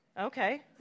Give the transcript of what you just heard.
Okay